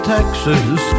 Texas